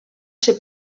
ser